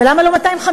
ולמה לא 250?